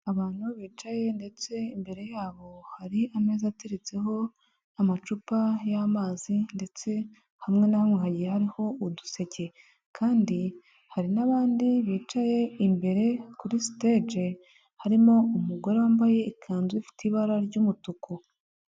Abantu bicaye ndetse imbere yabo hari ameza ateretseho amacupa y'amazi ndetse hamwe na hamwe hagiye hariho uduseke, kandi hari n'abandi bicaye imbere kuri sitege harimo umugore wambaye ikanzu ifite ibara ry'umutuku.